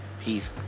peace